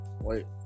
wait